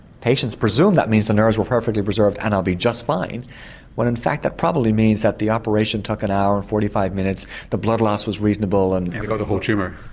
presumes that means the nerves were perfectly preserved and i'll be just fine when in fact that probably means that the operation took an hour and forty-five minutes, the blood loss was reasonable and. and we got the whole tumour.